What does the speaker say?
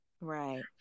right